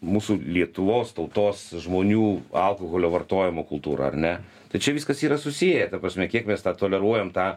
mūsų lietuvos tautos žmonių alkoholio vartojimo kultūrą ar ne tai čia viskas yra susiję ta prasme kiek mes tą toleruojam tą